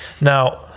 Now